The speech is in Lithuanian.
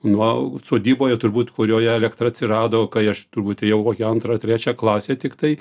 nuo sodyboje turbūt kurioje elektra atsirado kai aš turbūt ėjau antrą trečią klasę tiktai